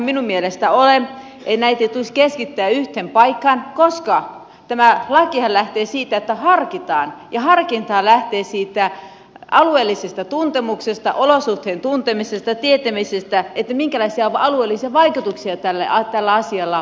eli näitä ei tulisi keskittää yhteen paikkaan koska tämä lakihan lähtee siitä että harkitaan ja harkintahan lähtee siitä alueellisesta tuntemuksesta olosuhteiden tuntemisesta sen tietämisestä että minkälaisia alueellisia vaikutuksia tällä asialla on